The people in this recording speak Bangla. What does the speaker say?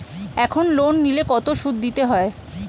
এখন লোন নিলে কত সুদ দিতে হয়?